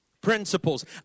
Principles